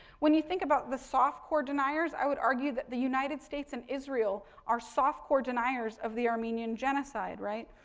when you think about the soft core deniers, i would argue that the united states and israel are soft core deniers of the armenian genocide, right.